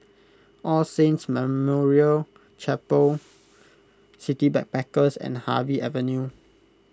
All Saints Memorial Chapel City Backpackers and Harvey Avenue